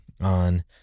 on